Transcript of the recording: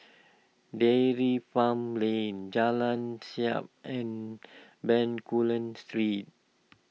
Dairy Farm Lane Jalan Siap and Bencoolen Street